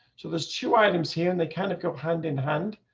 so there's two items here and they kind of go hand in hand,